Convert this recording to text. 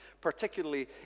particularly